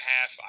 half